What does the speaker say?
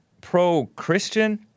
pro-Christian